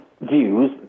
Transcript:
views